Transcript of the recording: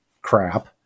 crap